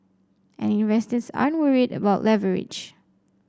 and investors aren't worried about leverage